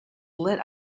lit